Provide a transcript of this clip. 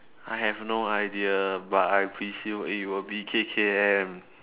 I have no idea but I presume it would be K_K_M